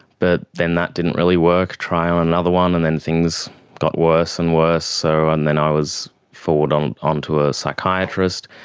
but then that didn't really work. try another one, and then things got worse and worse. so and then i was forwarded on um to a psychiatrist.